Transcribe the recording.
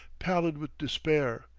pallid with despair,